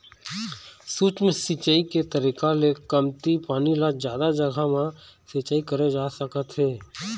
सूक्ष्म सिंचई के तरीका ले कमती पानी ल जादा जघा म सिंचई करे जा सकत हे